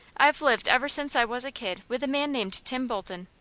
i've lived ever since i was a kid with a man named tim bolton.